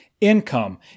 income